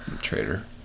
Traitor